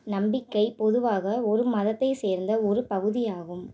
நம்பிக்கை பொதுவாக ஒரு மதத்தைச் சேர்ந்த ஒரு பகுதியாகும்